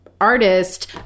artist